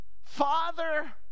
Father